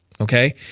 okay